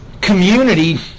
Community